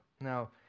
Now